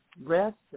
rest